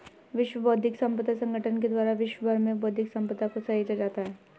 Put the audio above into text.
विश्व बौद्धिक संपदा संगठन के द्वारा विश्व भर में बौद्धिक सम्पदा को सहेजा जाता है